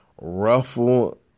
ruffle